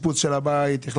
יותר פשוט לא לדווח.